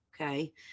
okay